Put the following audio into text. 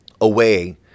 away